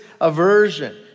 aversion